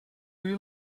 you